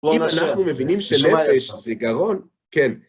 אם אנחנו מבינים שלפס וגרון, כן.